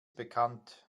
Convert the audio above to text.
bekannt